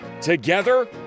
Together